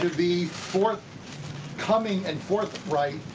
be forth coming and forthright